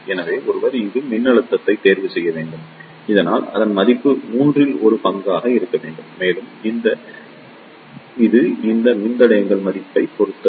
எனவே ஒருவர் இங்கு மின்னழுத்தத்தை தேர்வு செய்ய வேண்டும் இதனால் அதன் மதிப்பு மூன்றில் ஒரு பங்காக இருக்க வேண்டும் மேலும் இது இந்த மின்தடையங்களின் மதிப்பைப் பொறுத்தது